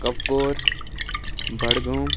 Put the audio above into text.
Kupwara Budgam